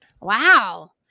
Wow